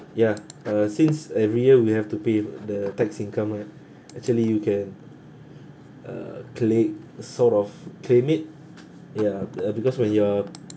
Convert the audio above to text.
ya uh since every year we have to pay the tax income right actually you can uh cla~ sort of claim it ya uh because when you are